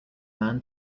man